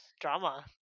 Drama